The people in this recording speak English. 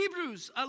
Hebrews